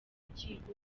rukiko